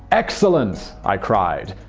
excellent! i cried.